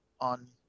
on